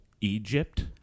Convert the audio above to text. Egypt